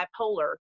bipolar